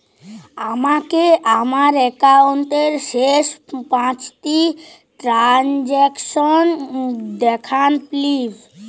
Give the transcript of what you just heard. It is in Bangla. আমাকে আমার একাউন্টের শেষ পাঁচটি ট্রানজ্যাকসন দেখান প্লিজ